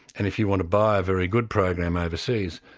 and if you want to buy a very good program overseas,